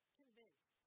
convinced